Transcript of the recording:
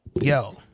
yo